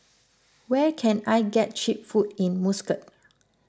where can I get Cheap Food in Muscat